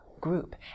group